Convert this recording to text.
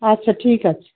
আচ্ছা ঠিক আছে